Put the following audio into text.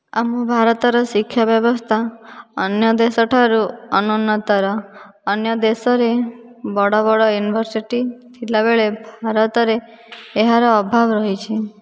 ଆମ ଭାରତର ଶିକ୍ଷା ବ୍ୟବସ୍ଥା ଅନ୍ୟ ଦେଶ ଠାରୁ ଅନୁନ୍ନତର ଅନ୍ୟ ଦେଶରେ ବଡ଼ ବଡ଼ ୟୁନିଭରସିଟି ଥିଲା ବେଳେ ଭାରତରେ ଏହାର ଅଭାବ ରହିଛି